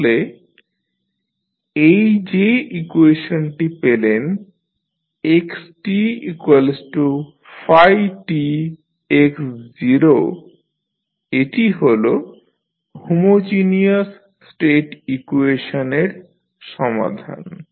তাহলে এই যে ইকুয়েশনটি পেলেন xtφtx0 এটি হল হোমোজিনিয়াস স্টেট ইকুয়েশনের সমাধান